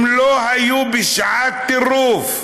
הם לא היו בשעת טירוף.